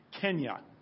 Kenya